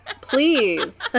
Please